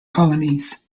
colonies